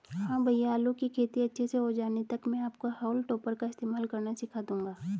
हां भैया आलू की खेती अच्छे से हो जाने तक मैं आपको हाउल टॉपर का इस्तेमाल करना सिखा दूंगा